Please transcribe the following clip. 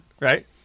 right